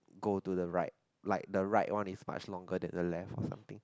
go to the right like the right one is much longer than the left something